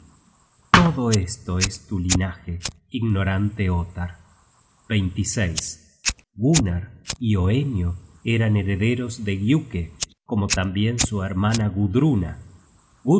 todo esto es tu linaje ignorante ottar gunnar y hoenio eran herederos de giuke como tambien su hermana gudruna